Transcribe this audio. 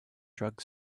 drug